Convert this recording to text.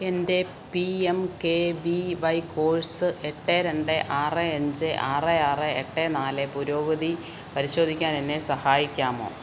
എൻ്റെ P M K V Y course എട്ട് രണ്ട് ആറ് അഞ്ച് ആറ് ആറ് എട്ട് നാല് പുരോഗതി പരിശോധിക്കാൻ എന്നെ സഹായിക്കാമോ